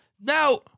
Now